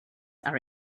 are